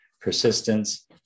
persistence